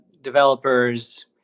developers